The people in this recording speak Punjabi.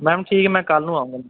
ਮੈਮ ਠੀਕ ਹੈ ਮੈਂ ਕੱਲ੍ਹ ਨੂੰ ਆਉਂਗਾ